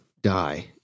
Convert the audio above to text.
die